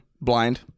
blind